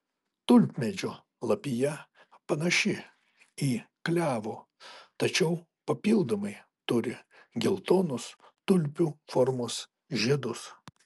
tulpmedžio lapija panaši į klevo tačiau papildomai turi geltonus tulpių formos žiedus